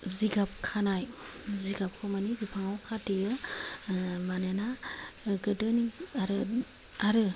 जिगाब खानाय जिगाबखौ माने बिफांआव खाथेयो मानोना गोदोनि आरो आरो